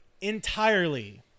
entirely